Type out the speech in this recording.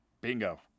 Bingo